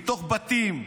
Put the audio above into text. מתוך בתים.